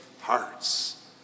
hearts